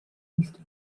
least